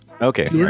Okay